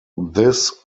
this